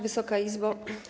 Wysoka Izbo!